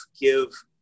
give